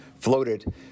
Floated